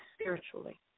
spiritually